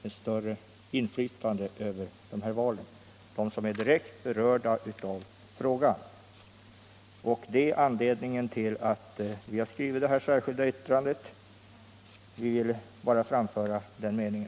ett större inflytande i dessa fall. Vi ville framföra den meningen, och det är anledningen will att vi har skrivit ett särskilt yttrande.